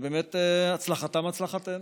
באמת, הצלחתם, הצלחתנו.